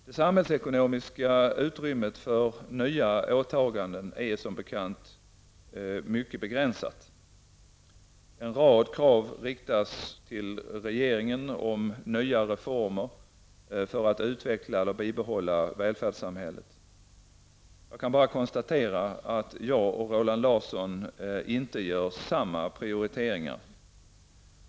Det samhällsekonomiska utrymmet för nya åtaganden är som bekant mycket begränsat. En rad krav riktas till regeringen om nya reformer för att utveckla eller bibehålla vårt välfärdssamhälle. Jag kan bara konstatera att jag och Roland Larsson inte gör samma prioriteringar.